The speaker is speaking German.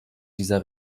dieser